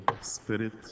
Spirit